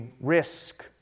risk